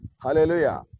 Hallelujah